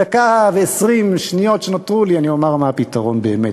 בדקה ו-20 השניות שנותרו לי אני אומר מה הפתרון באמת,